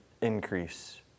increase